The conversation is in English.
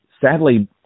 Sadly